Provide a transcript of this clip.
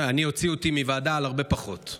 אותי הוציאו מוועדה על הרבה פחות.